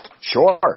Sure